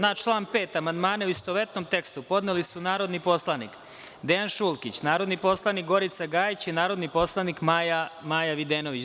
Na član 5. amandmane u istovetnom tekstu, podneli su narodni poslanik Dejan Šulkić, narodni poslanik Gorica Gajić i narodni poslanik Maja Videnović.